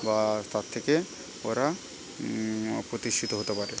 বা তার থেকে ওরা প্রতিষ্ঠিত হতে পারে